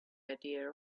idea